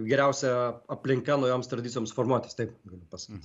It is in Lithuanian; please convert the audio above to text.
geriausia aplinka naujoms tradicijoms formuotis taip galiu pasakyti